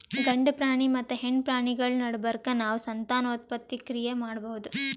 ಗಂಡ ಪ್ರಾಣಿ ಮತ್ತ್ ಹೆಣ್ಣ್ ಪ್ರಾಣಿಗಳ್ ನಡಬರ್ಕ್ ನಾವ್ ಸಂತಾನೋತ್ಪತ್ತಿ ಕ್ರಿಯೆ ಮಾಡಬಹುದ್